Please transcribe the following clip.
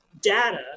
data